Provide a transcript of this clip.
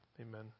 Amen